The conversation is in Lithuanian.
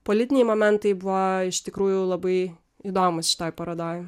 politiniai momentai buvo iš tikrųjų labai įdomūs šitoj parodoj